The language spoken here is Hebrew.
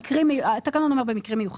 התקנון אומר "במקרים מיוחדים".